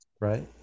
Right